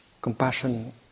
compassion